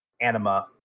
anima